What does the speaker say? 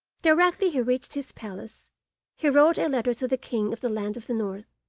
directly he reached his palace he wrote a letter to the king of the land of the north,